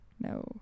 No